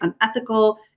unethical